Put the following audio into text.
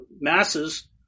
masses